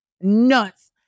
nuts